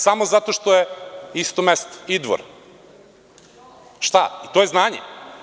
Samo zato što je isto mesto Idvor, šta i to je znanje.